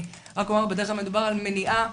אני רק אומר, בדרך כלל מדובר על מניעה,